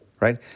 right